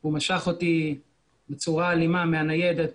הוא משך אותי בצורה אלימה מהניידת,